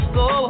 go